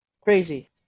crazy